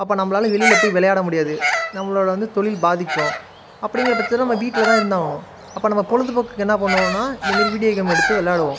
அப்போ நம்மளால வெளியில் போய் விளையாட முடியாது நம்மளோடய வந்து தொழில் பாதிக்கும் அப்படிங்கிறபட்சத்துல நம்ம வீட்டிலதான் இருந்தாகணும் அப்போ நம்ம பொழுதுபோக்குக்கு என்ன பண்ணுவோம்னா இந்த மாரி வீடியோ கேம் எடுத்து விளாடுவோம்